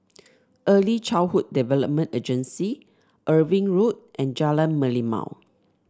Early Childhood Development Agency Irving Road and Jalan Merlimau